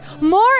more